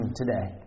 today